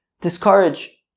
Discourage